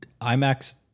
IMAX